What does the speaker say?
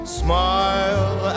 smile